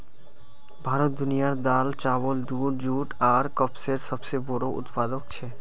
भारत दुनियार दाल, चावल, दूध, जुट आर कपसेर सबसे बोड़ो उत्पादक छे